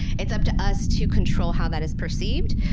it's up to us to control how that is perceived.